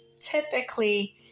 Typically